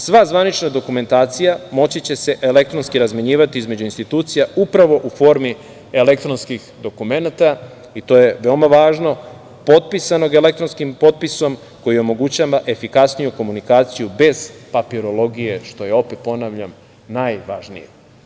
Sva zvanična dokumentacija moći će se elektronski razmenjivati između institucija upravo u formi elektronskih dokumenata i to je veoma važno, potpisanog elektronskim potpisom koji omogućava efikasniju komunikaciju bez papirologije što je, opet ponavljam, najvažnije.